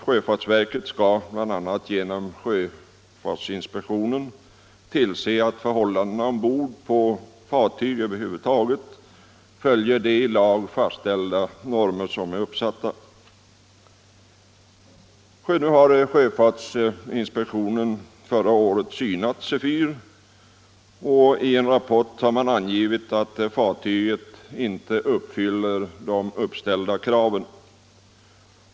Sjöfartsverket skall bl.a. genom sjöfartsinspektionen tillse att förhållandena ombord på fartyg över huvud taget följer de i lag fastställda normerna. Sjöfartsinspektionen synade förra året Sefyr, och i en rapport har man angivit att fartyget inte uppfyller de uppställda kraven.